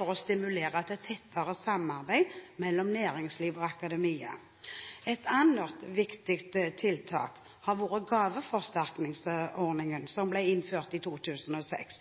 å stimulere til tettere samarbeid mellom næringsliv og akademia. Et annet viktig tiltak har vært gaveforsterkningsordningen som ble innført i 2006.